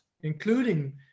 including